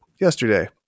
yesterday